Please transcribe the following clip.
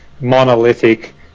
monolithic